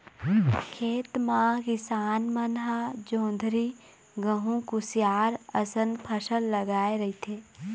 खेत म किसान मन ह जोंधरी, गहूँ, कुसियार असन फसल लगाए रहिथे